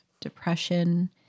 depression